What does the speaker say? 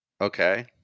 Okay